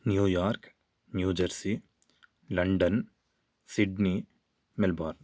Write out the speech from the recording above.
New York New Jersey London Sydney Melbourne